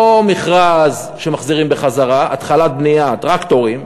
לא מכרז שמחזירים בחזרה, התחלת בנייה, טרקטורים,